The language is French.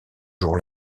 jour